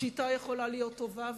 שיטה יכולה להיות טובה,